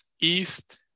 east